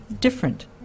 different